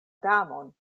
damon